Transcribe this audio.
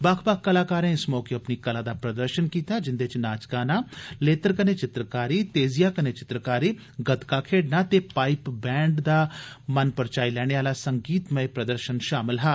बक्ख बक्ख कलाकारें इस मौके अपनी कला दा प्रदर्शन कीता जिन्दे च नाच गाना लेतर कन्नै चित्रकारी तेजिया कन्नै चित्रकारी गतका खेडना ते पाइप बैंड दा मनपरचाई लैने आला संगीतमय प्रदर्शन शामल हा